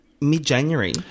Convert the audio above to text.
mid-January